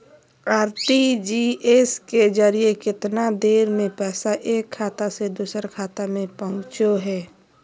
RTGS के जरिए कितना देर में पैसा एक खाता से दुसर खाता में पहुचो है?